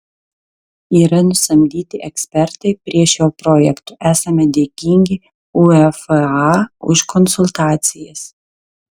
yra nusamdyti ekspertai prie šio projekto esame dėkingi uefa už konsultacijas